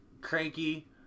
cranky